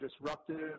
disruptive